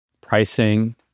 pricing